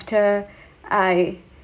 after I